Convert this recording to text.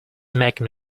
making